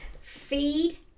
feed